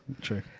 True